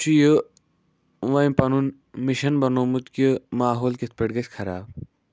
تِمَو چھُ یہِ وۄنۍ پَنُن مِشَن بَنومُت کہِ ماحول کِتھ پٲٹھۍ گژھِ خراب